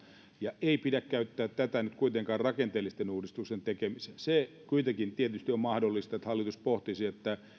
ja tätä ei pidä käyttää nyt rakenteellisten uudistusten tekemiseen se kuitenkin tietysti on mahdollista että hallitus pohtisi että